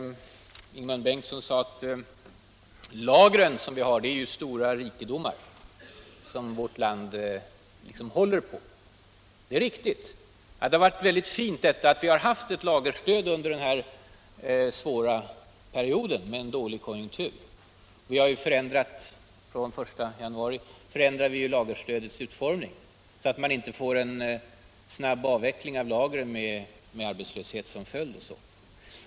Ingemund Bengtsson sade att de lager vi har är stora ”rikedomar” som vårt land håller på. Det är riktigt. Det har varit väldigt fint att vi har haft ett lagerstöd under den här svåra perioden med dåliga konjunkturer. Och från den 1 januari nästa år förändrar vi ju lagerstödets utformning så att vi inte får en snabb avveckling av lagren med arbetslöshet som följd.